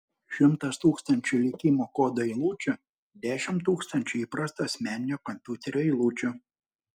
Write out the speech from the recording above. šimtas tūkstančių likimo kodo eilučių dešimt tūkstančių įprasto asmeninio kompiuterio eilučių